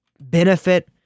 benefit